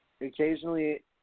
occasionally